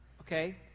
okay